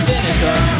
vinegar